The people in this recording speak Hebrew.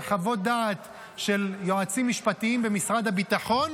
וחוות דעת של יועצים משפטיים במשרד הביטחון